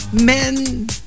men